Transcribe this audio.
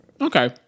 Okay